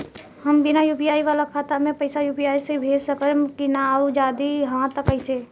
हम बिना यू.पी.आई वाला खाता मे पैसा यू.पी.आई से भेज सकेम की ना और जदि हाँ त कईसे?